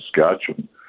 Saskatchewan